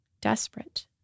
desperate